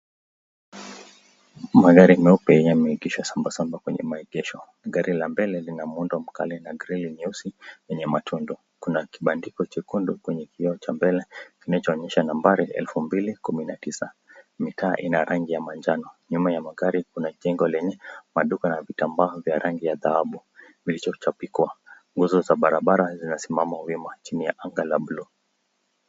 Magari meupe yameegeshwa saba saba kwenye maegesho, gari la mbele lina muundo mkali na grili nyeusi yenye matundu, kuna kiabdiko chekundu kwenye kioo cha mbele kinachoonyesha nambari elfu mbili kumi na tisa, mataa 8na rangi ya manjano, nyuma ya magari kuna jengo lenye maduka na vitambaa vya rangi ya dhahabu kilchochapikwa, gumzo za barabara zimesimama wima chini ya nanga la buluu.